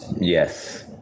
Yes